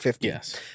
Yes